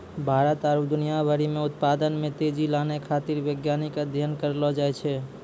भारत आरु दुनिया भरि मे उत्पादन मे तेजी लानै खातीर वैज्ञानिक अध्ययन करलो जाय छै